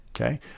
okay